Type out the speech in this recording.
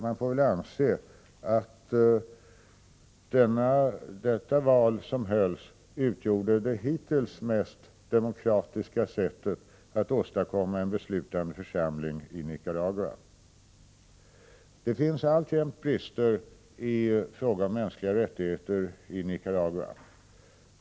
Man får väl anse att detta val utgjorde det hittills mest demokratiska sättet för att åstadkomma en beslutande församling i Nicaragua. Det finns alltjämt brister i fråga om mänskliga rättigheter i Nicaragua.